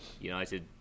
united